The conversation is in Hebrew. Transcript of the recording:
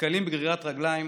נתקלים בגרירת רגליים